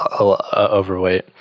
overweight